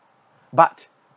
but